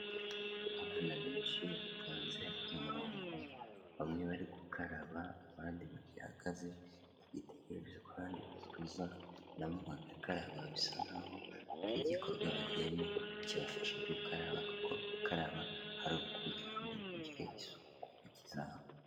Abana benshi batonze umurongo, bamwe bari gukaraba, abandi bagihagaze, bagitegereje ko abandi basoza, nabo bagagara, bisa nk'aho hari igikorwa bagiyemo, kibafasha gukaraba, kuko gukaraba ari ukugira ngo ugire isuku ku ntoki zawe.